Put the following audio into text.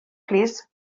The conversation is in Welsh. plîs